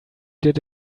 did